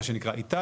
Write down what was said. מה שנקרא.